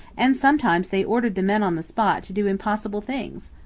and sometimes they ordered the men on the spot to do impossible things.